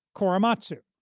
korematsu.